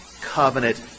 covenant